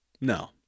No